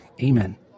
Amen